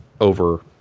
over